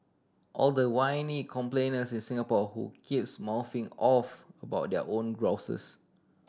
all the whiny complainers in Singapore who keeps mouthing off about their own grouses